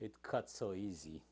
it cuts so easy